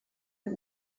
mit